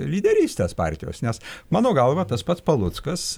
lyderystės partijos nes mano galva tas pats paluckas